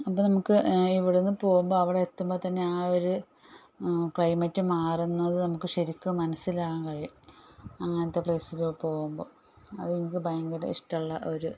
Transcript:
അപ്പം നമുക്ക് ഇവിടുന്ന് പോകുമ്പോൾ അവിടെ എത്തുമ്പോൾ തന്നെ ആ ഒര് ക്ലൈമറ്റ് മാറുന്നത് നമുക്ക് ശരിക്കും മനസ്സിലാക്കാൻ കഴിയും ആദ്യത്തെ പ്ലേസില് പോകുമ്പോൾ അതെനിക്ക് ഭയങ്കര ഇഷ്ടമുള്ള ഒര്